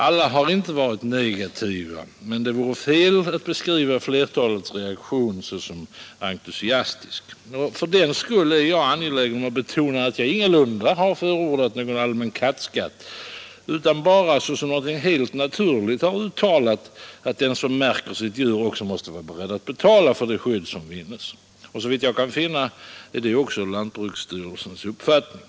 Alla har inte varit negativa, men det vore fel att beskriva flertalets reaktion som entusiastisk. Fördenskull är jag angelägen om att betona att jag ingalunda har förordat någon allmän kattskatt utan bara som något helt naturligt uttalat att den som märker sitt djur också får vara beredd att betala för det skydd som vinnes. Såvitt jag har kunnat finna är det också lantbruksstyrelsens uppfattning.